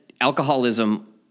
alcoholism